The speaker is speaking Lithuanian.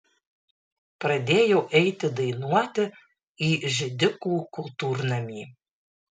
pradėjau eiti dainuoti į židikų kultūrnamį